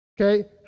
okay